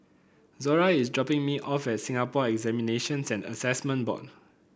Zora is dropping me off at Singapore Examinations and Assessment Board